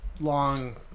long